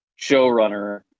showrunner